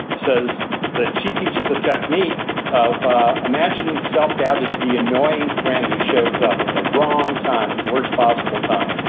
says that she teaches a technique of imagining self-doubt as the annoying friend who shows up at the wrong time, at the worst possible time.